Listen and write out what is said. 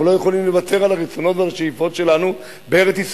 אנחנו לא יכולים לוותר על הרצונות ועל השאיפות שלנו בארץ-ישראל,